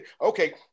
Okay